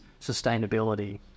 sustainability